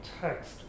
text